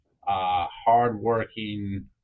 hardworking